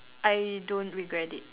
I don't regret it